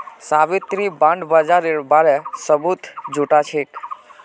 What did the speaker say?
Savitri bond बाजारेर बारे सबूत जुटाछेक